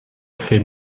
fait